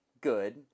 good